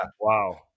Wow